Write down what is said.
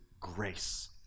grace